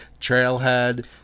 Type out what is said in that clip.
trailhead